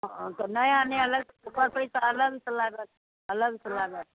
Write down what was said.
हँ तऽ नया नया ओकर पैसा अलगसँ लागत अलगसँ लागत